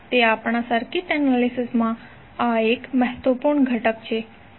તે આપણા circuit analysis માં આ એક મહત્વપૂર્ણ ઘટક પણ છે